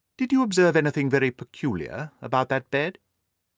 did you observe anything very peculiar about that bed?